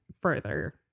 further